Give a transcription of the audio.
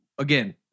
Again